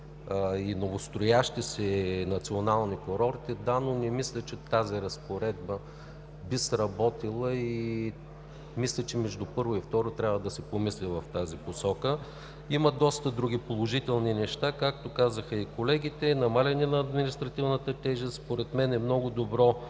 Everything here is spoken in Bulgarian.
и новостроящи се национални курорти, да, но не мисля, че тази разпоредба би сработила и между първо и второ четене трябва да се помисли в тази посока. Има доста други положителна неща, както казаха и колегите. Намаляването на административната тежест според мен е много добро